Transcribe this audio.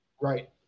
right